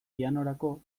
pianorako